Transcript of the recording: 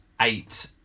eight